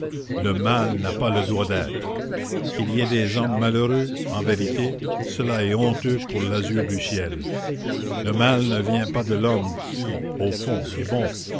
le mal n'a pas le droit d'être qu'il y ait des hommes malheureux en vérité cela est honteux pour l'azur du ciel le mal ne vient pas de l'homme qui au fond est bon